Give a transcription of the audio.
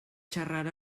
xarrar